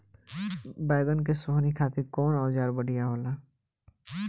बैगन के सोहनी खातिर कौन औजार बढ़िया होला?